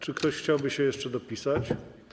Czy ktoś chciałby się jeszcze dopisać?